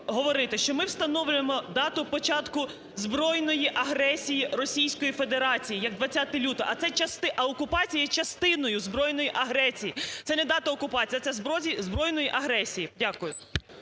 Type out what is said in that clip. що ми встановлюємо дату початку збройної агресії Російської Федерації як 20 лютого, а це части... а окупація є частиною збройної агресії, це не дата окупації, це збройної агресії. Дякую.